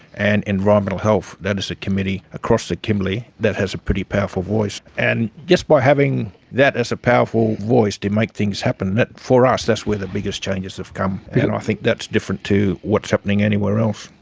and environmental health, that is the committee across the kimberley that has a pretty powerful voice. and just by having that as a powerful voice to make things happen, for us that's where the biggest changes have come. i think that's different to what's happening anywhere else.